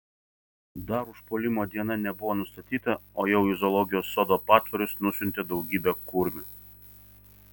dar užpuolimo diena nebuvo nustatyta o jau į zoologijos sodo patvorius nusiuntė daugybę kurmių